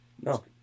No